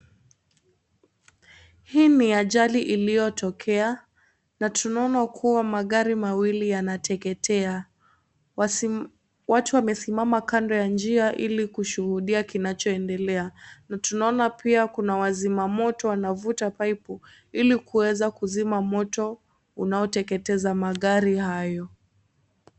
Hii ni ajali iliyotokea na tunaona kuwa magari mawili yanateketea. Watu wamesimama kando ya njia Ili kushuhudia kinachoendelea. Na tunaona pia kuna wazimamoto na wamevuta paipu ili kuweza kuzima moto unaoteketesa magari hayo.